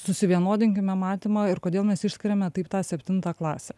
susivienodinkime matymą ir kodėl mes išskiriame taip tą septintą klasę